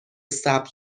ثبت